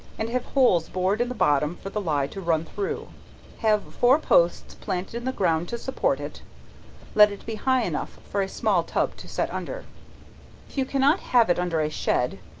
and have holes bored in the bottom for the ley to run through have four posts planted in the ground to support it let it be high enough for a small tub to set under. if you cannot have it under a shed,